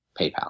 PayPal